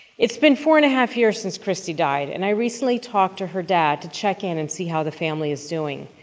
it's been four and a half years since christy died and i recently talked to her dad to check in and see how the family is doing.